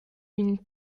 une